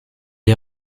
est